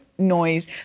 noise